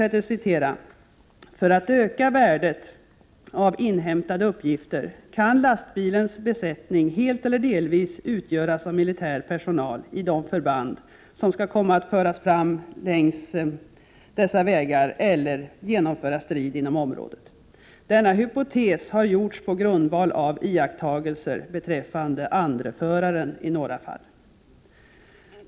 För att öka värdet av inhämtade uppgifter kan lastbilens besättning helt eller delvis utgöras av militär personal i de förband, som kan komma att föras fram längs dessa vägar och/eller genomföra strid inom området. Denna hypotes har gjorts på grundval av iakttagelser beträffande andreföraren i några fall.